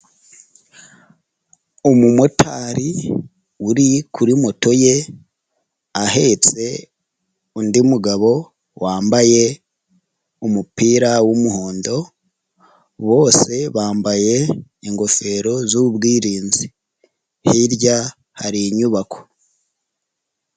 Umumotari uri kuri moto ye ahetse undi mugabo wambaye umupira wumuhondo, bose bambaye ingofero z'ubwirinzi hirya hari inyubako.